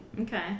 Okay